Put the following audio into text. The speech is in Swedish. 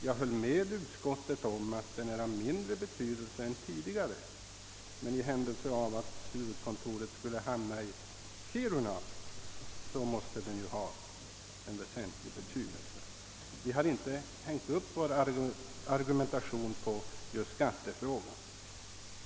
Jag håller med utskottet om att den är av mindre betydelse än tidigare, men om huvudkontoret hamnar i Kiruna måste ju skattefrågan ha väsentlig betydelse. Vi har dock inte hängt upp vår argumentation på just skattefrågan.